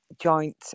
joint